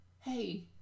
hey